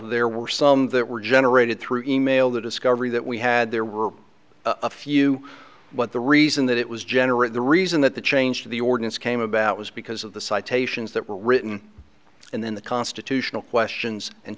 there were some that were generated through e mail the discovery that we had there were a few but the reason that it was generally the reason that the change to the ordinance came about was because of the citations that were written in the constitutional questions and